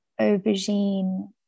aubergine